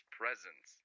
presence